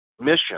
mission